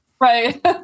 right